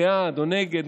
בעד" או "נגד,